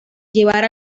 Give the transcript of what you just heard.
llevar